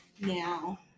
now